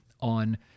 on